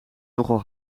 nogal